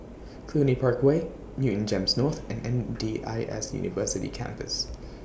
Cluny Park Way Newton Gems North and M D I S University Campus